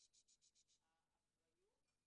לפתחי האחריות.